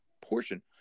portion